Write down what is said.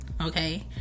okay